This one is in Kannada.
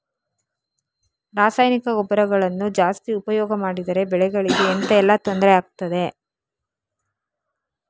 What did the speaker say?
ರಾಸಾಯನಿಕ ಗೊಬ್ಬರಗಳನ್ನು ಜಾಸ್ತಿ ಉಪಯೋಗ ಮಾಡಿದರೆ ಬೆಳೆಗಳಿಗೆ ಎಂತ ಎಲ್ಲಾ ತೊಂದ್ರೆ ಆಗ್ತದೆ?